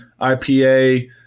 IPA